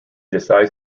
decides